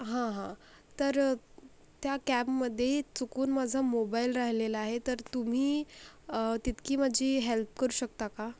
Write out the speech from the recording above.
हां हां तर त्या कॅबमध्ये चुकून माझा मोबाईल राहिलेला आहे तर तुम्ही तितकी माझी हॅल्प करू शकता का